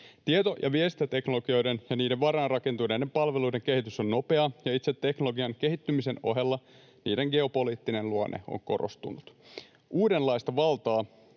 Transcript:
Tieto- ja viestintäteknologioiden ja niiden varaan rakentuneiden palveluiden kehitys on nopeaa, ja itse teknologian kehittymisen ohella niiden geopoliittinen luonne on korostunut. Uudenlaista valtaa